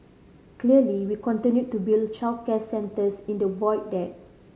clearly we continue to build childcare centres in the Void Deck